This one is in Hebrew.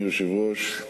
אדוני היושב-ראש,